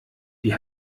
die